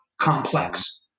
complex